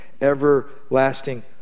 Everlasting